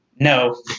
no